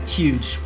huge